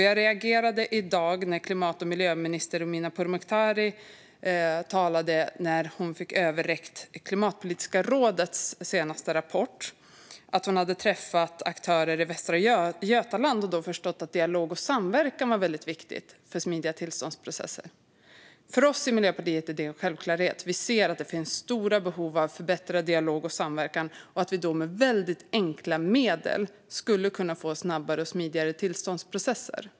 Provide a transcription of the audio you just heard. Jag reagerade i dag när klimat och miljöminister Romina Pourmokhtari fick ta emot Klimatpolitiska rådets senaste rapport och sa att hon hade träffat aktörer i Västra Götaland och då förstått att dialog och samverkan var väldigt viktiga för smidiga tillståndsprocesser. För oss i Miljöpartiet är detta en självklarhet. Vi ser att det finns stora behov av förbättrad dialog och samverkan och att vi då med väldigt enkla medel skulle kunna få snabbare och smidigare tillståndsprocesser.